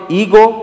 ego